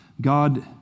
God